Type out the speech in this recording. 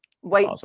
white